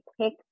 pick